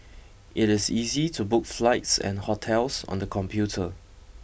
it is easy to book flights and hotels on the computer